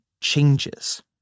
changes